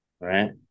right